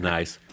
Nice